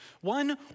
One